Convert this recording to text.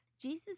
Jesus